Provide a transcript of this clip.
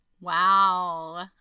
Wow